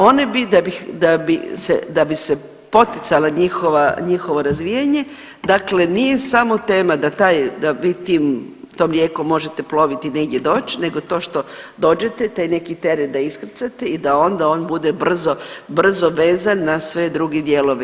One bi da bi se poticalo njihovo razvijanje, dakle nije samo tema da taj, da tom rijekom možete ploviti negdje doći, nego to što dođete taj neki teret da iskrcate i da onda on bude brzo vezan na sve druge dijelove.